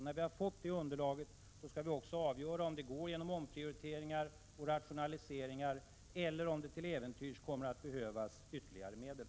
När vi fått det underlaget skall vi också avgöra om det går att omprioritera och rationalisera, eller om det till äventyrs kommer att behövas ytterligare medel.